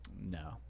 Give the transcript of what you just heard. No